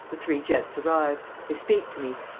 the three gents arrive. they speak to me.